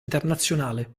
internazionale